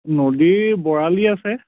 নদীৰ বৰালি আছে